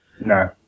No